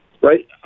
right